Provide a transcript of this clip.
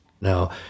Now